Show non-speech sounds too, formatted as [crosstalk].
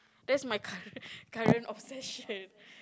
that's my [laughs] current current obsession